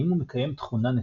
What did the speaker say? האם הוא מקיים תכונה נתונה?.